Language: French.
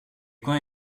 camps